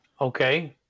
Okay